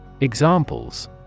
Examples